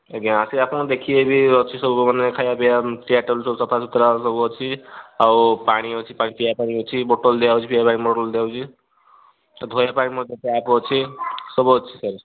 ଆଜ୍ଞା ଆସିକି ଆପଣମାନେ ଦେଖିବେ ବି ଅଛି ସବୁ ମାନେ ଖାଇବା ପିଇବା ଚେୟାର ଟେବୁଲ ସଫାସୁତରା ସବୁ ଅଛି ଆଉ ପାଣି ଅଛି ପିଇବା ପାଣି ଅଛି ବଟଲ ଦିଆଯାଉଛି ପିଇବା ପାଇଁ ବଟଲ ଦିଆଯାଉଛି ଧୋଇବା ପାଇଁ ମଧ୍ୟ ଟ୍ୟାପ୍ ଅଛି ସବୁ ଅଛି ସାର୍